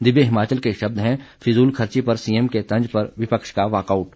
दिव्य हिमाचल के शब्द हैं फिजूलखर्ची पर सीएम के तंज पर विपक्ष का वाकआउट